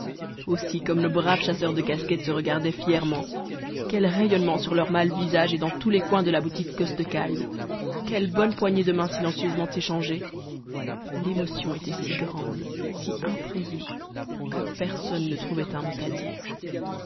aussi comme nos braves chasseurs de casquettes se regardaient fièrement quel rayonnement sur leurs mâles visages et dans tous les coins de la boutique costecalde quelles bonnes poignées de mains silencieusement échangées l'émotion était si grande si imprévue que personne ne trouvait un mot à dire